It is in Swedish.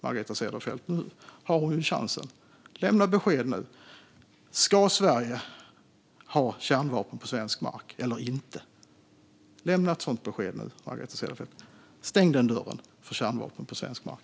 Margareta Cederfelt har nu chansen att lämna ett besked. Ska Sverige ha kärnvapen på svensk mark eller inte? Lämna ett sådant besked nu, Margareta Cederfelt. Stäng dörren för kärnvapen på svensk mark!